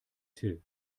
till